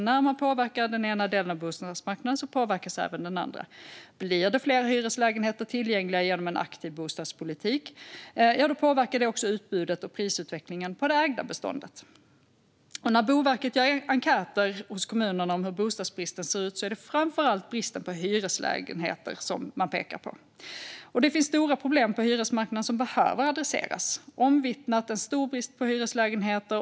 När man påverkar den ena delen av bostadsmarknaden påverkas även den andra. Om fler hyreslägenheter blir tillgängliga genom en aktiv bostadspolitik påverkar det också utbudet av och prisutvecklingen för det ägda beståndet. När Boverket gör enkäter bland kommunerna om hur bostadsbristen ser ut är det framför allt bristen på hyreslägenheter man pekar på. Det finns också stora problem på hyresmarknaden som behöver adresseras. Det finns en omvittnat stor brist på hyreslägenheter.